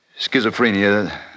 Schizophrenia